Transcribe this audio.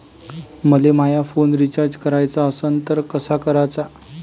मले माया phone recharge कराचा असन तर कसा कराचा?